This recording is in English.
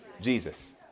Jesus